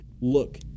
look